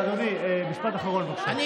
אדוני, משפט אחרון, בבקשה.